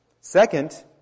second